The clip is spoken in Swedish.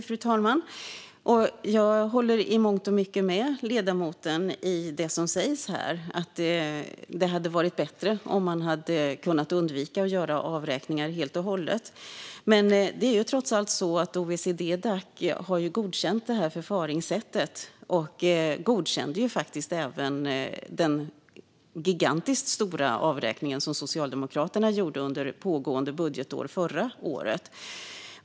Fru talman! Jag håller i mångt och mycket med ledamoten i det som sägs här: Det hade varit bättre om man hade kunnat undvika att göra avräkningar helt och hållet. Men det är trots allt så att OECD-Dac har godkänt detta förfaringssätt. De godkände även den gigantiskt stora avräkning som Socialdemokraterna gjorde under pågående budgetår förra året.